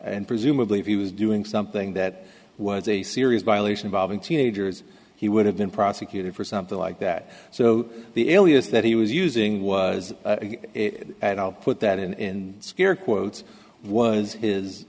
and presumably if he was doing something that was a serious violation by having teenagers he would have been prosecuted for something like that so the alias that he was using was at all put that in scare quotes was is